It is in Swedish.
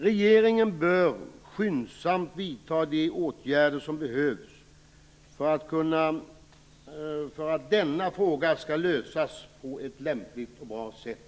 Regeringen bör skyndsamt vidta de åtgärder som behövs för att denna fråga skall lösas på ett lämpligt och bra sätt.